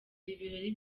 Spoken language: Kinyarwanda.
ibirori